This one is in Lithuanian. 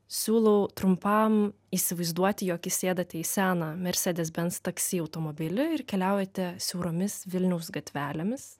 siūlau trumpam įsivaizduoti jog įsėdate į seną mercedes benz taksi automobilį ir keliaujate siauromis vilniaus gatvelėmis